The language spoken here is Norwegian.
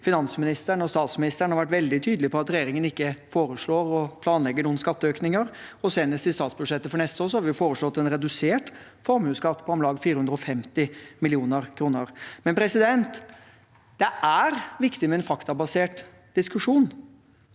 Finansministeren og statsministeren har vært veldig tydelige på at regjeringen ikke foreslår eller planlegger noen skatteøkninger, og senest i statsbudsjettet for neste år har vi jo foreslått en redusert formuesskatt, på om lag 450 mill. kr. Det er viktig med en faktabasert diskusjon.